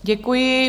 Děkuji.